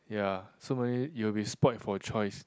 ya so many you will be spoilt for choice